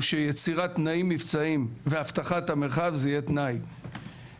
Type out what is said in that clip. שיצירת תנאים מבצעיים ואבטחת המרחב זה יהיה תנאי